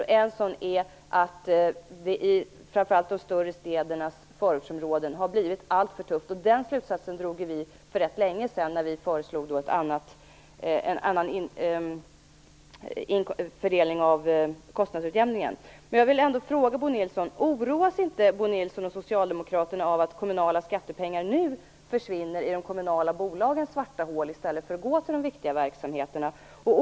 Ett problem är att det i framför allt de stora städernas förortsområden har blivit alltför tufft. Den slutsatsen drog vi för rätt länge sedan när vi föreslog en annan fördelning av kostnadsutjämningen. Jag vill ändå fråga: Oroas inte Bo Nilsson och socialdemokraterna av att kommunala skattepengar nu försvinner in i de kommunala bolagens svarta hål i stället för att gå till de viktiga verksamheterna?